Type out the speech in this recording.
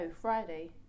Friday